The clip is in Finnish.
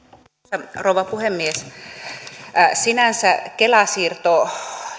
arvoisa rouva puhemies sinänsä kela siirto